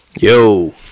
Yo